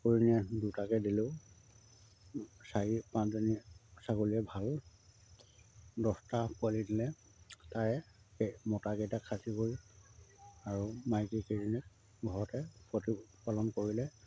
কৰি দুটাকৈ দিলেও চাৰি পাঁচজনীয়ে ছাগলীয়ে ভাল দছটা পোৱালি দিলে তাৰে মতাকেইটা খাচী কৰি আৰু মাইকী কেইজনী ঘৰতে প্ৰতিপালন কৰিলে